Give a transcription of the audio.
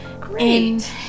great